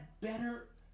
better